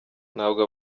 ntabwo